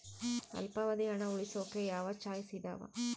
ಅಲ್ಪಾವಧಿ ಹಣ ಉಳಿಸೋಕೆ ಯಾವ ಯಾವ ಚಾಯ್ಸ್ ಇದಾವ?